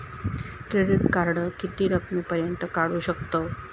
Credit card किती रकमेपर्यंत काढू शकतव?